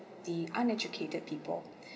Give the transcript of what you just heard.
the uneducated people